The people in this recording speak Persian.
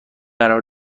قرار